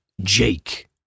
Jake